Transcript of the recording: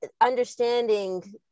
understanding